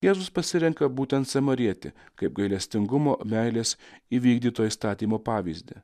jėzus pasirenka būtent samarietį kaip gailestingumo meilės įvykdyto įstatymo pavyzdį